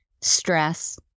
stress